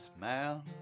man